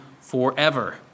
forever